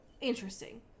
interesting